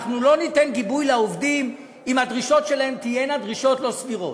אנחנו לא ניתן גיבוי לעובדים אם הדרישות שלהם תהיינה דרישות לא סבירות,